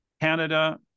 Canada